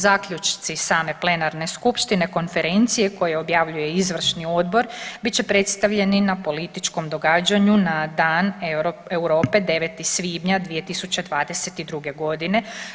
Zaključci same plenarne skupštine Konferencije koju objavljuje Izvršni odbor bit će predstavljeni na političkom događanju na Dan Europe 9. svibnja 2022. godine.